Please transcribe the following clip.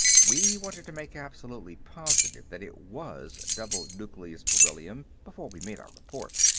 we wanted to make absolutely positive that it was double-nucleus beryllium before we made our report.